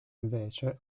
invece